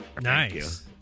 Nice